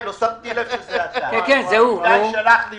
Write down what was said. אנחנו נקבל